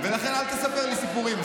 ולכן אל תספר לי סיפורים.